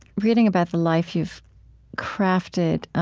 reading about the life you've crafted,